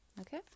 okay